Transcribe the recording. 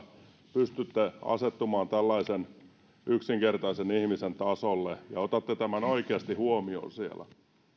pystytte asettumaan tällaisen yksinkertaisen ihmisen tasolle ja otatte tämän oikeasti huomioon siellä